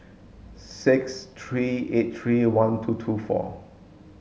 six three eight three one two two four